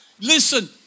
Listen